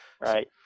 Right